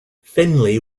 finlay